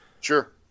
Sure